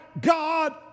God